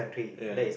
ya